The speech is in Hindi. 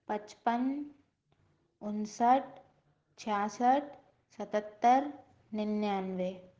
पचपन उनसठ छियासठ सत्तर निन्यानवे